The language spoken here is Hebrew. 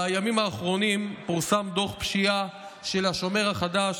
בימים האחרונים פורסם דוח פשיעה של השומר החדש,